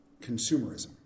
consumerism